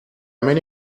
many